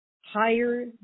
higher